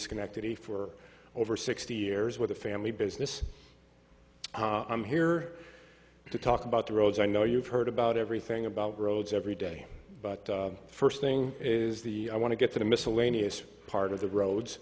connected he for over sixty years with a family business i'm here to talk about the roads i know you've heard about everything about roads every day but first thing is the i want to get to the miscellaneous part of the roads